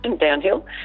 downhill